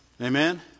Amen